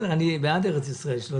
שהציבור